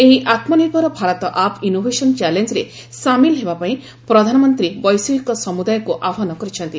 ଏହି Atmanirbhar Bharat app innovation ଚ୍ୟାଲେଞ୍ଜରେ ସାମିଲ ହେବା ପାଇଁ ପ୍ରଧାନମନ୍ତ୍ରୀ ବୈଷୟିକ ସମୁଦାୟକୁ ଆହ୍ୱାନ କରିଛନ୍ତି